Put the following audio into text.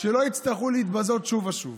שלא יצטרכו להתבזות שוב ושוב.